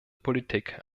politik